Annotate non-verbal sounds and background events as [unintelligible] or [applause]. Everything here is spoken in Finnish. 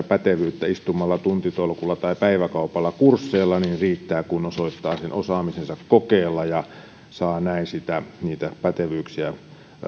[unintelligible] pätevyyttä istumalla tuntitolkulla tai päiväkaupalla kursseilla niin riittää kun osoittaa sen osaamisensa kokeella ja saa näin niitä pätevyyksiä